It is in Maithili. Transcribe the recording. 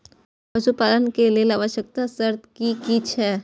पशु पालन के लेल आवश्यक शर्त की की छै?